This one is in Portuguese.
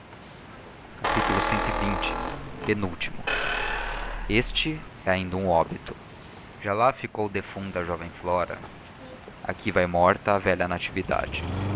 e são curtos cxx penúltimo este é ainda um óbito já lá ficou defunta a jovem flora aqui vai morta a velha natividade